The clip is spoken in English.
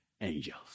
angels